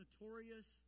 notorious